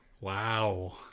wow